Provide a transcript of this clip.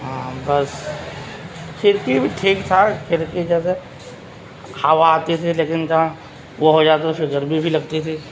ہاں بس کھڑکی بھی ٹھیک ٹھاک کھڑکی جیسے ہوا آتی تھی لیکن جہاں وہ ہو جاتا پھر گرمی بھی لگتی تھی